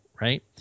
right